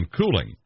cooling